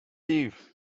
eve